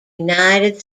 united